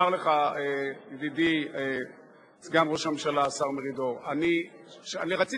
יחליט חבר הכנסת שי: אם הוא מוכן להצעתי